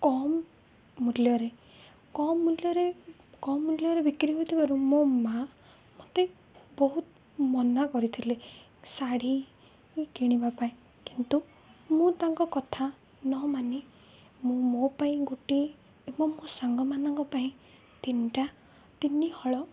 କମ ମୂଲ୍ୟରେ କମ ମୂଲ୍ୟରେ କମ ମୂଲ୍ୟରେ ବିକ୍ରି ହୋଇଥିବାରୁ ମୋ ମା ମୋତେ ବହୁତ ମନା କରିଥିଲେ ଶାଢ଼ୀ କିଣିବା ପାଇଁ କିନ୍ତୁ ମୁଁ ତାଙ୍କ କଥା ନ ମାନି ମୁଁ ମୋ ପାଇଁ ଗୋଟିଏ ଏବଂ ମୋ ସାଙ୍ଗମାନଙ୍କ ପାଇଁ ତିନଟା ତିନି ହଳ